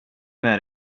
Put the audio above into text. med